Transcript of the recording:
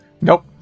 nope